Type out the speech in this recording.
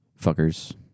Fuckers